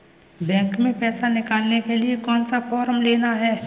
Bank में पैसा निकालने के लिए कौन सा फॉर्म लेना है?